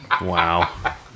Wow